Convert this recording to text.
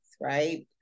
right